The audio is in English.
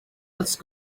else